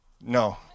No